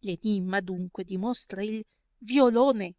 l enimma adunque dimostra il violone